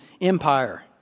empire